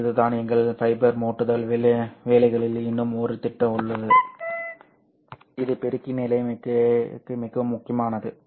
சரி இதுதான் எங்கள் ஃபைபர் ஒட்டுதல் வேலைகளில் இன்னும் ஒரு திட்டம் உள்ளது இது பெருக்கி நிலைமைக்கு மிகவும் முக்கியமானது